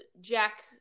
Jack